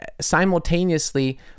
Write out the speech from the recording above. simultaneously